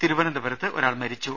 തിരുവനന്തപുരത്ത് ഒരാൾ മരിച്ചു